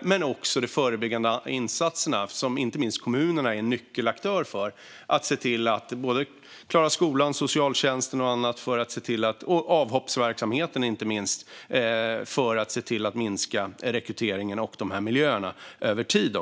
och med de förebyggande insatserna, där inte minst kommunerna är nyckelaktörer. Det handlar om att klara både skolan, socialtjänsten och inte minst avhopparverksamheten för att se till att minska rekryteringen och dessa miljöer över tid.